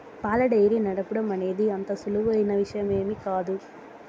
పాల డెయిరీ నడపటం అనేది అంత సులువైన విషయమేమీ కాదు